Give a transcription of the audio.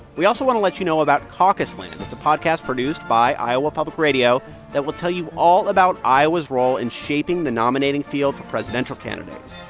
we also want to let you know about caucus land. it's a podcast produced by iowa public radio that will tell you all about iowa's role in shaping the nominating field for presidential candidates.